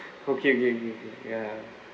okay okay okay okay ya